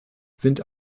sind